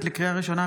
לקריאה ראשונה,